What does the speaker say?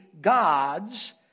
God's